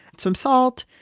some salt.